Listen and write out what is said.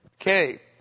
Okay